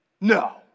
No